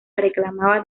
reclamaba